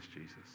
Jesus